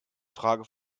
frage